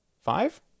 Five